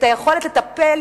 היכולת לטפל,